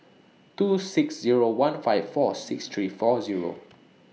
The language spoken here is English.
two six Zero one five four six three four Zero